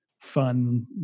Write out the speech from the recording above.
fun